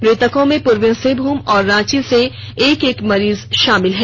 मृतकों में पूर्वी सिंहभूम और रांची से एक एक मरीज शामिल हैं